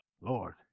Lord